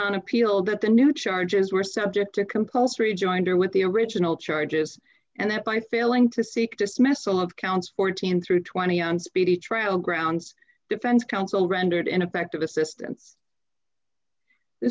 on appeal that the new charges were subject to compulsory joinder with the original charges and that by failing to seek dismissal of counts fourteen through twenty on speedy trial grounds defense counsel rendered ineffective assistance the